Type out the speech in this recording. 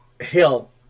help